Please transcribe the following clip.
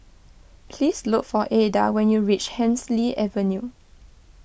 please look for Aida when you reach Hemsley Avenue